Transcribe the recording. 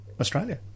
Australia